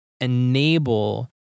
enable